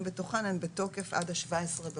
בתוכן הן בתוקף עד ה-17 באוקטובר.